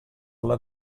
alla